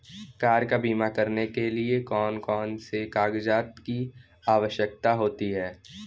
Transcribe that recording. Car का बीमा करने के लिए कौन कौन से कागजात की आवश्यकता होती है?